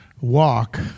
walk